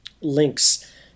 links